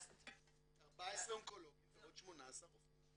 14 אונקולוגים ועוד 18 רופאים.